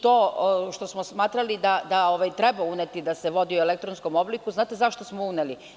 To što smo smatrali da treba uneti da se vodi u elektronskom obliku, znate zašto smo uneli?